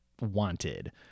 wanted